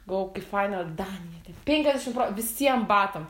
galvoju kaip faina danija ten penkiasdešim pro visiems batams